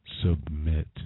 Submit